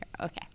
okay